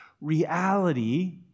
reality